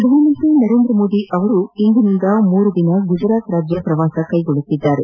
ಪ್ರಧಾನಮಂತ್ರಿ ನರೇಂದ್ರ ಮೋದಿ ಅವರು ಇಂದಿನಿಂದ ಮೂರು ದಿನ ಗುಜರಾತ್ ಪ್ರವಾಸ ಕೈಗೊಳ್ಳಲಿದ್ದಾರೆ